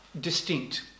distinct